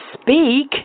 speak